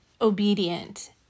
obedient